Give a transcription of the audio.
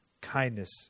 kindness